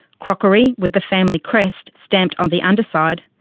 crockery with the family crest stamped on the underside,